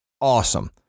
awesome